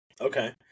Okay